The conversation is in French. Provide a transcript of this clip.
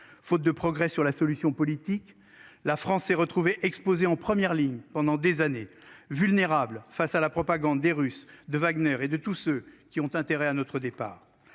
faute de progrès sur la solution politique. La France s'est retrouvé exposé en première ligne pendant des années vulnérables face à la propagande et russes de Wagner et de tous ceux qui ont intérêt à notre départ.